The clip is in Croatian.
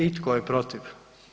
I tko je protiv?